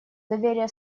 доверие